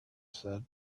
said